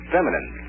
Feminine